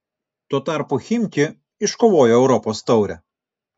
tuo tarpu chimki iškovojo europos taurę